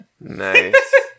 Nice